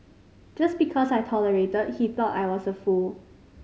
just because I tolerated he thought I was a fool